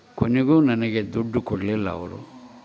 ಕೊನೆಗೂ ನನಗೆ ದುಡ್ಡು ಕೊಡಲಿಲ್ಲ ಅವರು